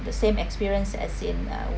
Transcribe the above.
the same experience as in uh